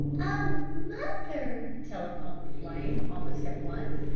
oh mother! telephoned flame almost at once,